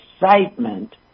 excitement